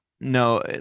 no